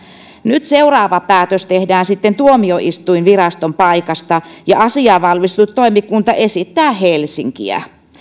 nyt seuraava päätös tehdään sitten tuomioistuinviraston paikasta ja asiaa valmistellut toimikunta esittää helsinkiä